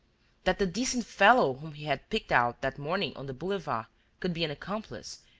that the decent fellow whom he had picked out that morning on the boulevard could be an accomplice,